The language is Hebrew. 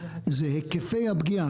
זה היקפי הפגיעה,